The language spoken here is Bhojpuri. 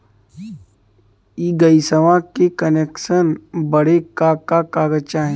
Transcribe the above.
इ गइसवा के कनेक्सन बड़े का का कागज चाही?